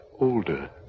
older